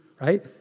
right